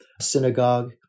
synagogue